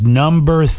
number